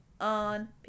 on